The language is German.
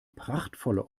prachtvolle